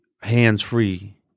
hands-free